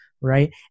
right